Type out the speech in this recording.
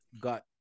got